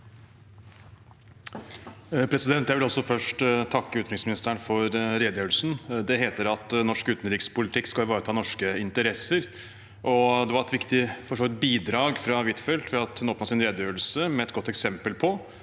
Jeg vil også først takke utenriksministeren for redegjørelsen. Det heter at norsk utenrikspolitikk skal ivareta norske interesser, og det var for så vidt et viktig bidrag fra Huitfeldt at hun åpnet sin redegjørelse med et godt eksempel på